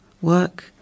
work